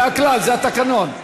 זה התקנון.